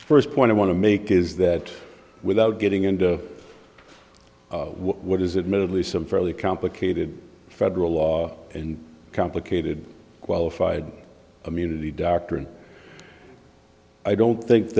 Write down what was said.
first point i want to make is that without getting into what is it merely some fairly complicated federal law and complicated qualified immunity doctrine i don't think